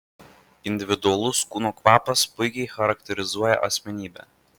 individualus kūno kvapas puikiai charakterizuoja asmenybę